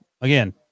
again